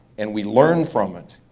and we learn from it,